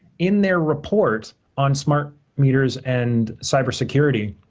in their reports on smart meters and cybersecurity,